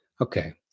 Okay